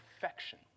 perfection